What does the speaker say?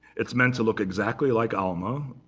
it's meant to look exactly like alma,